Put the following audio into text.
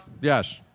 Yes